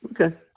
Okay